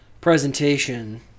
presentation